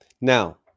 now